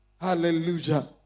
Hallelujah